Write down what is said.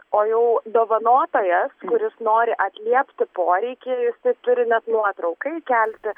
o jau dovanotojas kuris nori atliepti poreikį jisai turi net nuotrauką įkelti